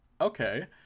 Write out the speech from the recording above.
okay